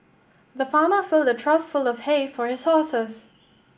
the farmer filled a trough full of hay for his horses